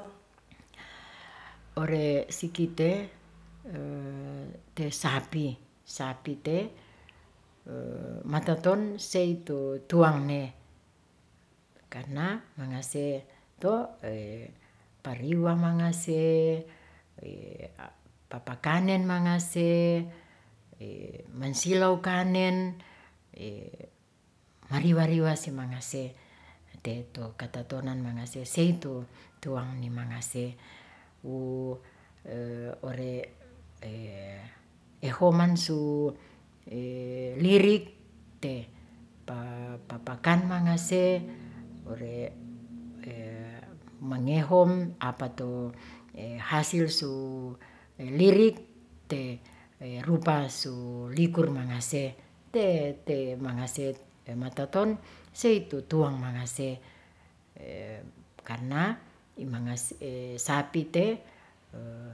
ore` sikite te sapi, sapi te mataton sei tu tuangne karna mangase to pariwa mangase papakanen mangase, mensilow kanen mariwariwa si mangase te to katatonan mangaase sei tu tuangni mangase wu ore' ehoman su lirik te pa papakan mangase ore mangehong apa tu hasil su lirik te rupa su likur mangase te te mangase metaton sei tu tuangne mangase karna sapite